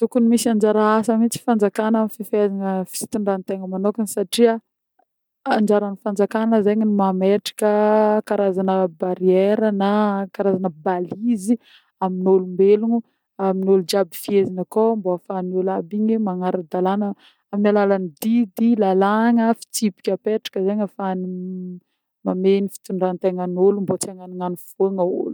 Tokony misy anjara asa mintsy fanjakana amin'ny fifehezana fitondran-tegna manôkagna satria anjaran'ny fanjakana zany mametraka karazagna barrière na karazagna balise amin'olombelogno, amin'ôlo jiaby fehezigny akô mbô ahafahan'ôlo aby igny magnara-dalagna amin'ny alalan'ny didy, lalàgna, fitsipika apetraka zegny ahafahany mamehy ny fitondran-tegnan'ôlo mbô tsy agnanognano fogna ôlo.